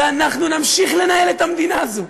ואנחנו נמשיך לנהל את המדינה הזאת.